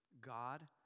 God